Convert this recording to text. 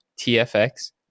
TFX